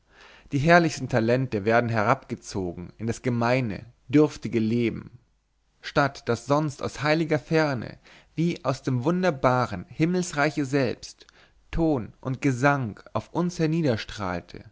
die herrlichsten talente werden herabgezogen in das gemeine dürftige leben statt daß sonst aus heiliger ferne wie aus dem wunderbaren himmelsreiche selbst ton und gesang auf uns